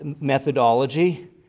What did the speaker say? methodology